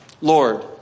Lord